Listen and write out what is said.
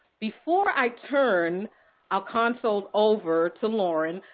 before i turn our console over to lauren,